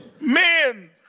men